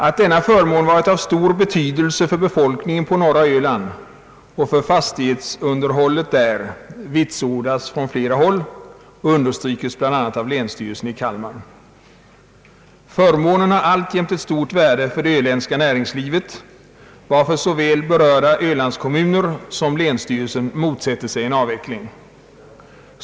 Att dessa förmåner varit av stor betydelse för befolkningen på norra Öland och för fastighetsunderhållet där vitsordas från fiera håll och understryks bl.a. av länsstyrelsen i Kalmar. Förmånerna har alltjämt ett stort värde för det öländska näringslivet, varför såväl berörda ölandskommuner som länsstyrelsen motsätter sig en avveckling.